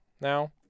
now